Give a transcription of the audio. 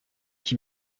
qui